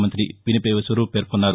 మంతి పినిపే విశ్వరూప్ పేర్కొన్నారు